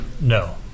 No